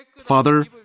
Father